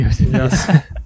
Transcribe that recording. Yes